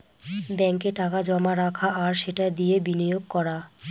ব্যাঙ্কে টাকা জমা রাখা আর সেটা দিয়ে বিনিয়োগ করা